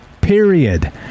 Period